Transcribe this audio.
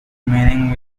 meaning